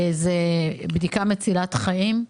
מדובר בבדיקה מצילת חיים.